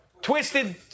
Twisted